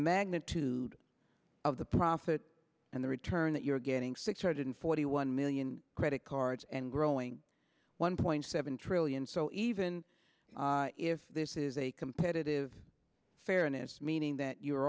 magnitude of the profit and the return that you're getting six hundred forty one million credit cards and growing one point seven trillion so even if this is a competitive fairness meaning that you